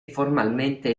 formalmente